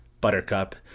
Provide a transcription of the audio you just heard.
buttercup